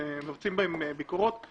נעשות בהן ביקורות.